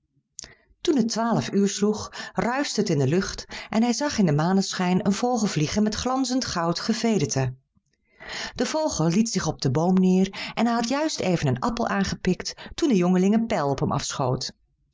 toen het twaalf uur sloeg ruischte het in de lucht en hij zag in den maneschijn een vogel vliegen met glanzend goud gevederte de vogel liet zich op den boom neêr en hij had juist even een appel aangepikt toen de jongeling een pijl op hem afschoot